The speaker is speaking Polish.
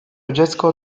dziecko